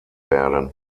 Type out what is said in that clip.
werden